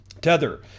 Tether